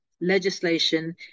legislation